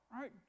right